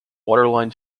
waterline